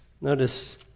notice